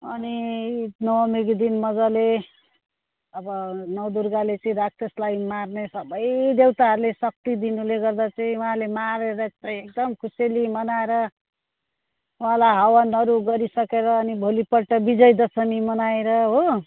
अनि नवमीको दिन मजाले अब नौ दुर्गाले चाहिँ राक्षसलाई मार्ने सबै देउताहरूले शक्ति दिनुले गर्दा चाहिँ उहाँले मारेर चाहिँ एकदम खुसियाली मनाएर उहाँलाई हवनहरू गरिसकेर अनि भोलि पल्ट विजय दसमी मनाएर हो